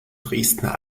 dresdner